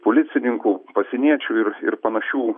policininkų pasieniečių ir ir panašių